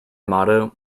motto